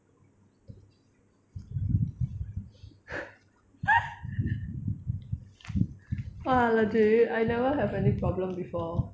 !wah! legit I never have any problem before